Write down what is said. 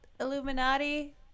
Illuminati